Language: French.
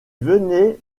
venaient